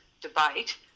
debate